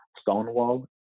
Stonewall